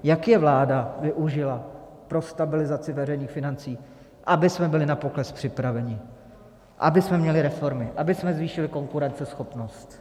Jak je vláda využila pro stabilizaci veřejných financí, abychom byli na pokles připraveni, abychom měli reformy, abychom zvýšili konkurenceschopnost?